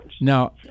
Now